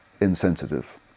insensitive